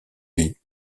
lit